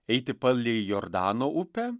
eiti palei jordano upę